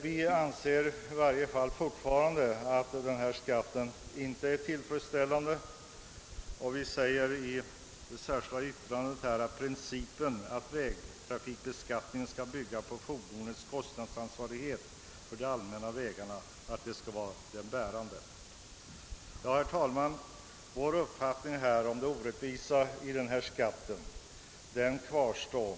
Vi inom folkpartiet anser fortfarande att denna skatt inte är tillfredsställande. Vi säger i det särskilda yttrandet att principen att vägtrafikbeskattningen skall bygga på fordonens kostnadsansvarighet för de allmänna vägarna skall vara den bärande. Vår uppfattning om det orättvisa i traktorskatten kvarstår därför.